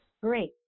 Great